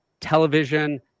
television